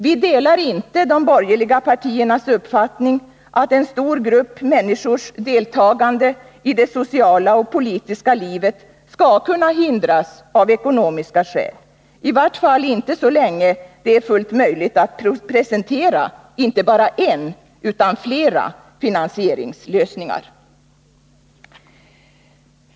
Vi delar inte de borgerliga partiernas uppfattning att en stor grupp människors deltagande i det sociala och politiska livet skall kunna hindras av ekonomiska skäl, i varje fall inte så länge det är fullt möjligt att presentera inte bara en, utan flera finansieringslösningar.